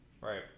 right